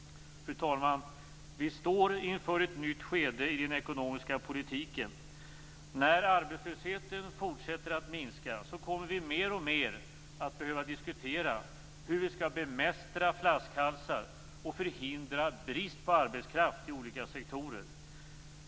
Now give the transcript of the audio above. Fru talman! Vi står inför ett nytt skede i den ekonomiska politiken. När arbetslösheten fortsätter att minska kommer vi mer och mer att behöva diskutera hur vi skall bemästra flaskhalsar och förhindra brist på arbetskraft i olika sektorer.